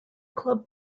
club